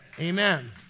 Amen